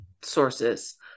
sources